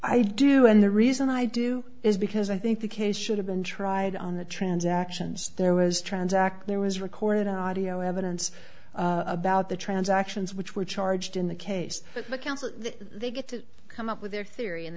i do and the reason i do is because i think the case should have been tried on the transactions there was transact there was recorded audio evidence about the transactions which were charged in the case the counsel they get to come up with their theory and